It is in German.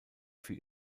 für